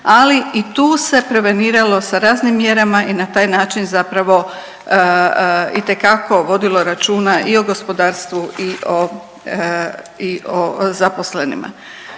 ali i tu se preveniralo sa raznim mjerama i na taj način zapravo itekako vodilo računa i o gospodarstvu i o zaposlenima.